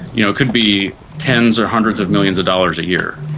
you know could be tens or hundreds of millions of dollars a year.